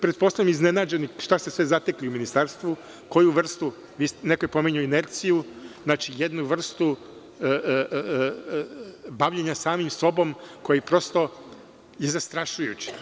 Pretpostavljam da ste iznenađeni onim što ste zatekli u Ministarstvu, koju vrstu, neko je pominjao inerciju, znači jednu vrstu bavljenja samim sobom koja je prosto zastrašujuća.